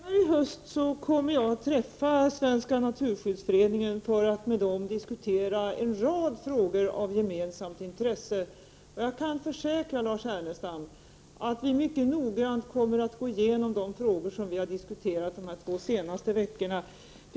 Fru talman! Litet senare i höst kommer jag att träffa representanter för Svenska naturskyddsföreningen för att med den diskutera en rad frågor av gemensamt intresse. Jag kan försäkra Lars Ernestam att vi mycket noggrant kommer att gå igenom de frågor som diskuterats de två senaste veckorna.